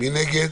מי נגד?